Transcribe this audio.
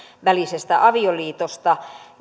välisestä avioliitosta